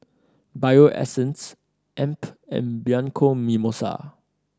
Bio Essence AMP and Bianco Mimosa